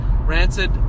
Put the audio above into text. Rancid